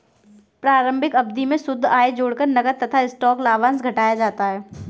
प्रारंभिक अवधि में शुद्ध आय जोड़कर नकद तथा स्टॉक लाभांश घटाया जाता है